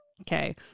okay